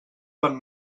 van